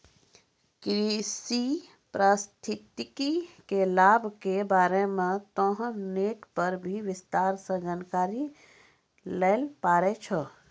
कृषि पारिस्थितिकी के लाभ के बारे मॅ तोहं नेट पर भी विस्तार सॅ जानकारी लै ल पारै छौ